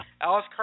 Alice